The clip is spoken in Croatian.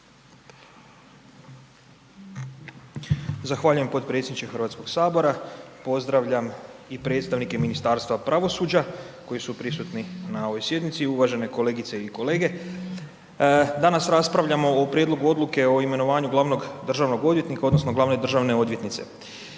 Zahvaljujem potpredsjedniče Hrvatskog sabora, pozdravljam i predstavnike Ministarstva pravosuđa koji su prisutni na ovoj sjednici i uvažene kolegice i kolege. Danas raspravljamo o Prijedlogu odluke o imenovanju glavnog državnog odvjetnika odnosno glavne državne odvjetnice.